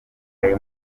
time